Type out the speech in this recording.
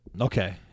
Okay